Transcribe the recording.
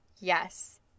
Yes